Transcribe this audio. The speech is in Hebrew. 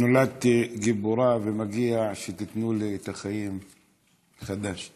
נולדתי גיבורה, ומגיע שתיתנו לי את החיים מחדש.